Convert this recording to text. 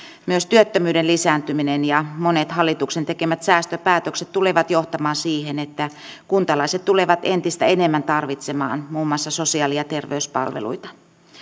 myös työttömyyden lisääntyminen ja monet hallituksen tekemät säästöpäätökset tulevat johtamaan siihen että kuntalaiset tulevat entistä enemmän tarvitsemaan muun muassa sosiaali ja terveyspalveluita